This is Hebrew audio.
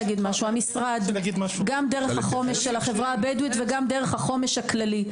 המשרד פועל גם דרך החומש של החברה הבדואית וגם דרך החומש הכללית,